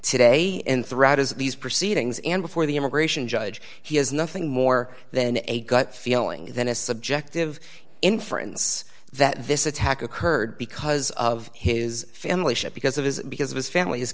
his these proceedings and before the immigration judge he has nothing more than a gut feeling then a subjective inference that this attack occurred because of his family ship because of his because of his family his